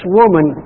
woman